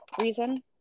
reason